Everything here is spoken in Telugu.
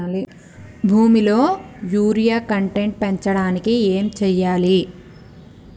భూమిలో యూరియా కంటెంట్ పెంచడానికి ఏం చేయాలి?